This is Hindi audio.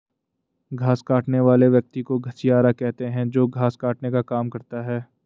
घास काटने वाले व्यक्ति को घसियारा कहते हैं जो घास काटने का काम करता है